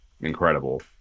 incredible